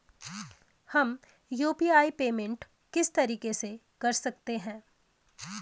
हम UPI payment किस तरीके से कर सकते हैं?